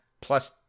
plus